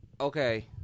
Okay